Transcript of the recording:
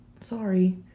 Sorry